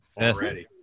already